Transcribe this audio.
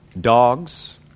Dogs